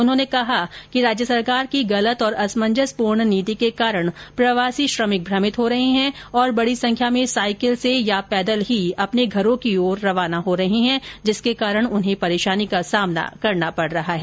उन्होंने कहा कि राज्य सरकार की गलत और असमंजसपूर्ण नीति के कारण प्रवासी श्रमिक भ्रमित हो रहे है और बडी संख्या में साईकिल से या पैदल ही अपने घरों की ओर रवाना हो रहे है जिसके कारण उन्हें परेशानी का सामना करना पड रहा है